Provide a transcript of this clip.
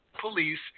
police